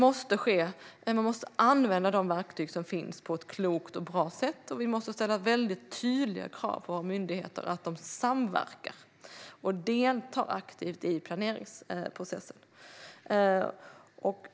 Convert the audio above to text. Vi måste använda de verktyg som finns på ett klokt och bra sätt och ställa tydliga krav på våra myndigheter att samverka och delta aktivt i planeringsprocessen.